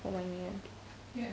one year